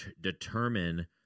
determine